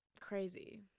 crazy